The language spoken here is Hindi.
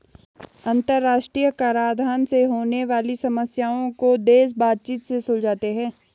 अंतरराष्ट्रीय कराधान से होने वाली समस्याओं को देश बातचीत से सुलझाते हैं